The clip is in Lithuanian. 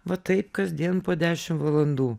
va taip kasdien po dešim valandų